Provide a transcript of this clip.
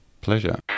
Pleasure